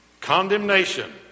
Condemnation